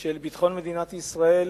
של ביטחון מדינת ישראל